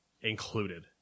included